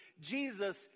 Jesus